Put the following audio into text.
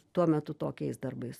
tuo metu tokiais darbais